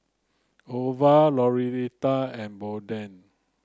Ova Lauretta and Bolden